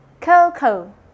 Coco